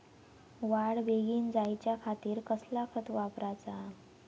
वाढ बेगीन जायच्या खातीर कसला खत वापराचा?